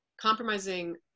compromising